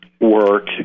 work